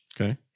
Okay